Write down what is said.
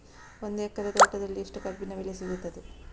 ಒಂದು ಎಕರೆ ತೋಟದಲ್ಲಿ ಎಷ್ಟು ಕಬ್ಬಿನ ಬೆಳೆ ಸಿಗುತ್ತದೆ?